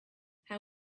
how